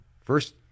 first